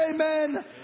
Amen